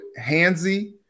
handsy